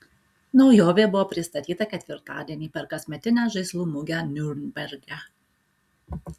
naujovė buvo pristatyta ketvirtadienį per kasmetinę žaislų mugę niurnberge